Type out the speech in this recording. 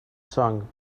song